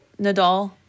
Nadal